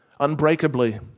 unbreakably